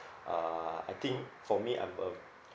uh I think for me I'm a